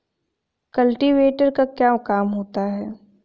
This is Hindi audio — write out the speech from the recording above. कल्टीवेटर का क्या काम होता है?